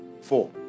four